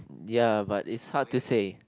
ya but is hard to say